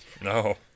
No